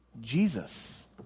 Jesus